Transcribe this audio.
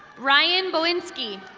ryan bowinski.